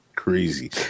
Crazy